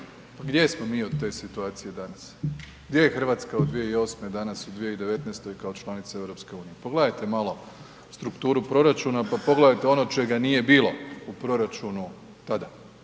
Gdje smo od te situacije danas? Gdje je Hrvatska od 2008. danas u 2019. kao članica EU? Pogledajte malo strukturu proračuna pa pogledajte ono čega nije bilo u proračunu tada.